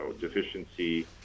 deficiency